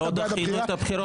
לא דחינו את הבחירות.